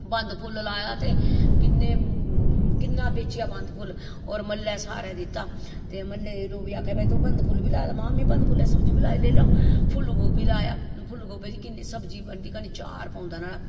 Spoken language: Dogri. बंद फुल्ल लाए दा ते किन्ने किन्ना बेचेआ बंद फुल्ल होर म्हल्लै सारै दित्ता ते म्हल्लै दे लोग ही आक्खा दे भाई तूं बंद फुल्ल बी लाए दा महां में बंद फुल्ले दी सब्जी बी लाई फुल्ल गोबी लाया फुल्ल गोबी दी किन्नी सब्जी बनदी कन्नै चार पौंदा नाह्ड़ा